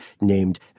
named